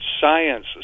science